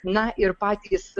na ir patys